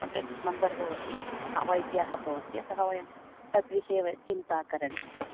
contact number भवति वैद्यः भवन्ति अतः वयं तद्विषये चिन्ता करणीया नास्ति